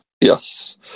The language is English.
Yes